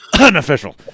Unofficial